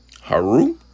Haru